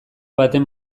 baten